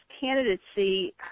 candidacy